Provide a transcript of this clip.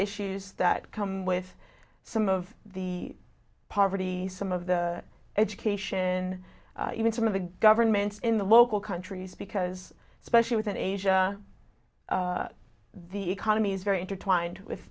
issues that come with some of the poverty some of the education even some of the governments in the local countries because especially within asia the economy is very intertwined with